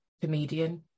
comedian